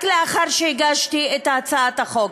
רק לאחר שהגשתי את הצעת החוק.